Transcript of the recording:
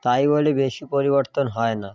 তাই বলে বেশি পরিবর্তন হয় না